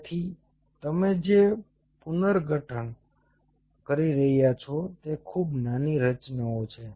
તેથી તમે જે પુનર્ગઠન કરી રહ્યા છો તે ખૂબ નાની રચનાઓ છે